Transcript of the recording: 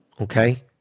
okay